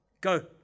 go